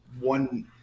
one